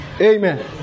Amen